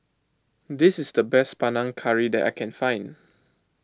this is the best Panang Curry that I can find